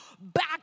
back